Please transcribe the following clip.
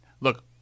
Look